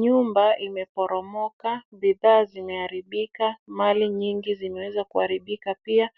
Nyumba imeporomoka, bidhaa zimeharibika, mali nyingi zimeweza kuharibika pia